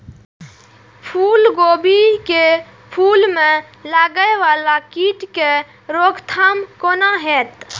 फुल गोभी के फुल में लागे वाला कीट के रोकथाम कौना हैत?